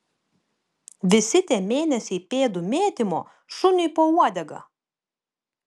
visi tie mėnesiai pėdų mėtymo šuniui po uodega